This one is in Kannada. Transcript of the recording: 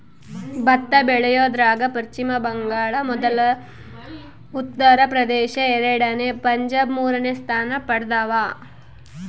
ಭತ್ತ ಬೆಳಿಯೋದ್ರಾಗ ಪಚ್ಚಿಮ ಬಂಗಾಳ ಮೊದಲ ಉತ್ತರ ಪ್ರದೇಶ ಎರಡನೇ ಪಂಜಾಬ್ ಮೂರನೇ ಸ್ಥಾನ ಪಡ್ದವ